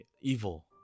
evil